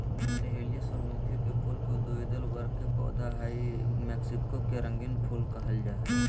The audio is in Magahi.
डहेलिया सूर्यमुखी फुल के द्विदल वर्ग के पौधा हई मैक्सिको के रंगीन फूल कहल जा हई